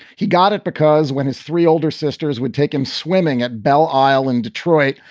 he got it because when his three older sisters would take him swimming at belle isle in detroit,